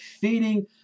feeding